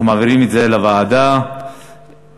אנחנו מעבירים את זה לוועדת המדע.